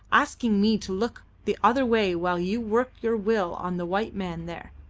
asking me to look the other way while you worked your will on the white man there.